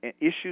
issues